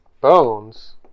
bones